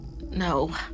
no